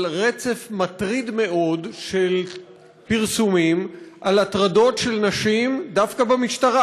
על רצף מטריד מאוד של פרסומים על הטרדות של נשים דווקא במשטרה,